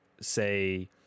say